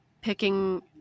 picking